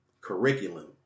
curriculum